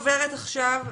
אני עוברת בבקשה